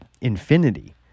infinity